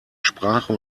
sprache